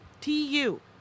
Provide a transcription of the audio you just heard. T-U